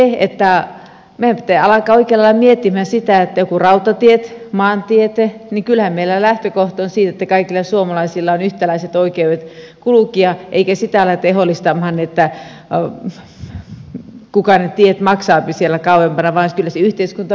meidän pitää alkaa oikealla lailla miettimään sitä että joko rautatiet maantiet ja kyllähän meillä lähtökohta on että kaikilla suomalaisilla on yhtäläiset oikeudet kulkea eikä sitä aleta ehdollistamaan kuka ne tiet maksaa siellä kauempana vaan kyllä se yhteiskunta maksaa ne